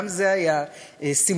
גם זה היה סימבולי.